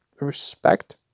respect